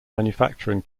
manufacturing